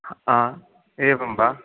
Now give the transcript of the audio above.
आ एवं वा